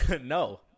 No